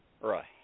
right